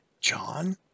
John